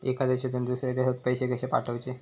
एका देशातून दुसऱ्या देशात पैसे कशे पाठवचे?